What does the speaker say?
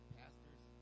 pastors